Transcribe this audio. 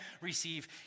receive